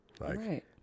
Right